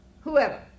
whoever